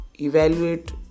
evaluate